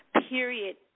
period